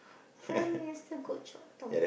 Prime-Minister Goh Chok Tong